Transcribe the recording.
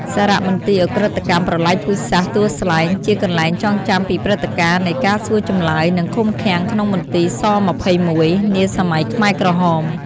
សារមន្ទីរឧក្រិដ្ឋកម្មប្រល័យពូជសាសន៍ទួលស្លែង ជាកន្លែងចងចាំពីព្រឹត្តការណ៍នៃការសួរចម្លើយ និងឃុំឃាំងក្នុងមន្ទីរ ស-២១ នាសម័យខ្មែរក្រហម។